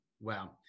Wow